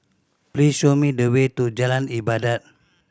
please show me the way to Jalan Ibadat